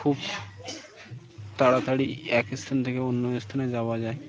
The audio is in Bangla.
খুব তাড়াতাড়ি এক স্থান থেকে অন্য স্থানে যাওয়া যায়